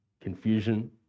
confusion